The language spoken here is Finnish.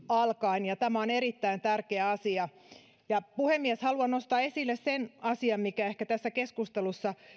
alkaen ja tämä on erittäin tärkeä asia puhemies haluan nostaa esille sen asian mikä ehkä tässä keskustelussa